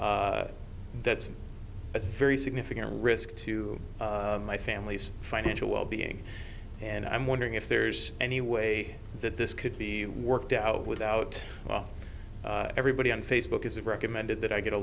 that's a very significant risk to my family's financial wellbeing and i'm wondering if there's any way that this could be worked out without everybody on facebook is it recommended that i get a